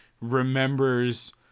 remembers